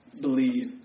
believe